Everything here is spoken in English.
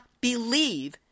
believe